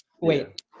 wait